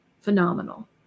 phenomenal